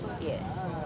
yes